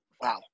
wow